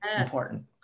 important